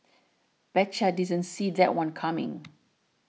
betcha didn't see that one coming